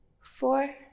four